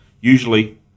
usually